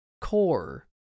core